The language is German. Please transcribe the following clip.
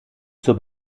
zur